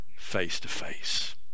face-to-face